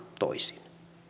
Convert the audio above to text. toisin